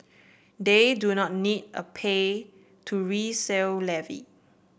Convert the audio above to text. they do not need a pay to resale levy